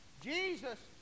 Jesus